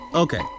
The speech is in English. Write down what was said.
Okay